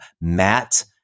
Matt